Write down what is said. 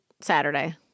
Saturday